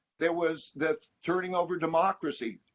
there was the turning over democracy.